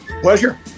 pleasure